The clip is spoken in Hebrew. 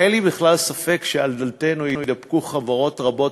אין לי בכלל ספק שעל דלתנו יתדפקו חברות רבות